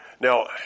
now